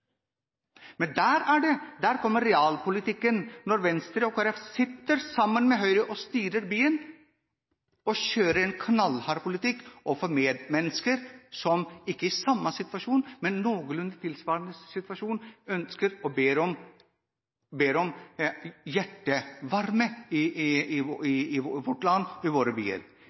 Der kommer realpolitikken: Venstre og Kristelig Folkeparti sitter sammen med Høyre og styrer byen og kjører en knallhard politikk overfor medmennesker som er i en noenlunde tilsvarende situasjon, og som ber om hjertevarme i vårt land og i våre byer. Det er realpolitikk, det er slik landet og byene styres. Vi fra SV lover at vårt